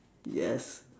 yes